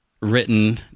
written